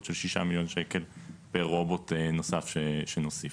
של 6 מיליון שקל פר רובוט נוסף שנוסיף.